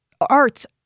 arts